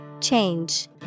Change